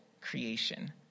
creation